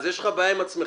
אז יש לך בעיה עם עצמך.